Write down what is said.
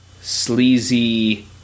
sleazy